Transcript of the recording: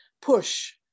Push